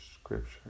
scripture